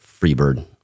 Freebird